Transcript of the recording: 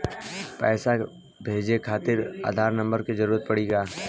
पैसे भेजे खातिर आधार नंबर के जरूरत पड़ी का?